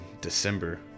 December